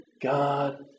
God